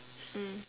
mm